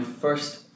first